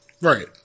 Right